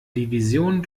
division